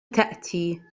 تأتي